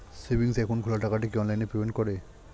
Savings account খোলা টাকাটা কি অনলাইনে পেমেন্ট করে?